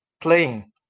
playing